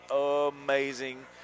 amazing